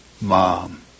mom